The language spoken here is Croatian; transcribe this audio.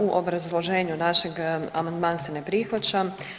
U obrazloženju našeg amandman se ne prihvaća.